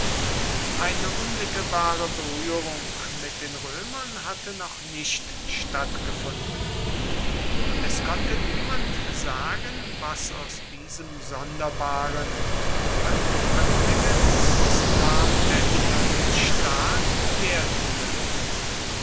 eine unmittelbare berührung mit den römern hatte noch nicht stattgefunden und es konnte niemand sagen was aus diesem sonderbaren an die anfänge des islam erinnernden staat werden möge